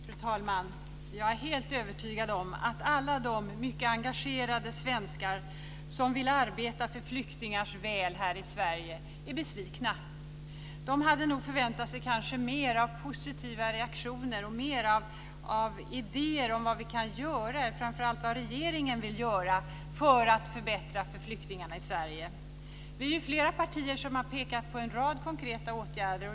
Fru talman! Jag är helt övertygad om att alla de mycket engagerade svenskar som vill arbeta för flyktingars väl i Sverige är besvikna. De hade nog förväntat sig mer av positiva reaktioner och mer av idéer om vad vi kan göra och framför allt vad regeringen vill göra för att förbättra för flyktingarna i Sverige. Flera partier har pekat på en rad konkreta åtgärder.